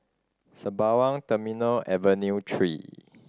Sembawang Terminal Avenue Three